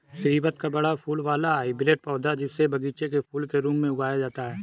स्रीवत बड़ा फूल वाला हाइब्रिड पौधा, जिसे बगीचे के फूल के रूप में उगाया जाता है